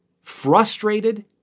frustrated